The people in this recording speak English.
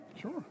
Sure